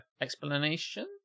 Explanation